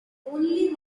only